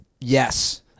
Yes